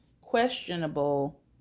questionable